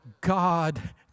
God